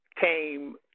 came